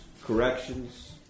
Corrections